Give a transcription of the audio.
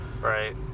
Right